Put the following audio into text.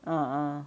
mm mm